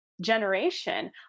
generation